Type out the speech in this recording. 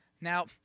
Now